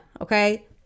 Okay